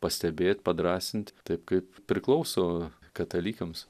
pastebėt padrąsint taip kaip priklauso katalikams